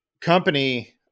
company